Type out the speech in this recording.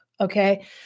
Okay